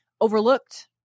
overlooked